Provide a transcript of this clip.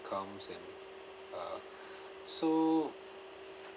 comes and uh so